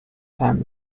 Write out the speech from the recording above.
time